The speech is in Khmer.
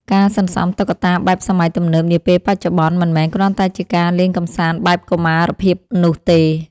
ការសន្សំតុក្កតាបែបសម័យទំនើបនាពេលបច្ចុប្បន្ន មិនមែនគ្រាន់តែជាការលេងកម្សាន្តបែបកុមារភាពនោះទេ។